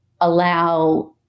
allow